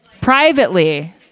Privately